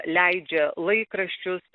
leidžia laikraščius